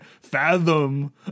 fathom